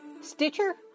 Stitcher